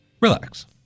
relax